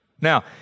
Now